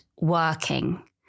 working